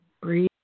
Breathe